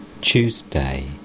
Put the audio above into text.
Tuesday